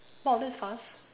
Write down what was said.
!wow! that's fast